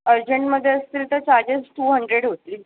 अर्जंटमध्ये असतील तर चार्जेस टू हंड्रेड होतील